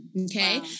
Okay